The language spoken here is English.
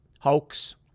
Hoax